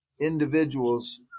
individuals